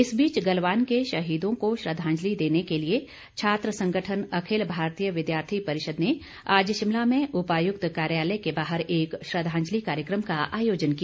इस बीच गलवान के शहीदों को श्रद्वांजलि देने के लिए छात्र संगठन अखिल भारतीय विद्यार्थी परिषद ने आज शिमला में उपायुक्त कार्यालय के बाहर एक श्रद्वांजलि कार्यक्रम का आयोजन किया